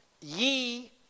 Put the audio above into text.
Ye